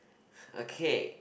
okay